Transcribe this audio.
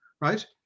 right